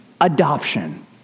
adoption